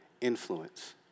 influence